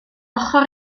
ochr